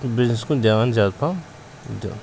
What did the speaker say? business کُن دھیان زیادٕ پہم دیُن